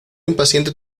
impaciente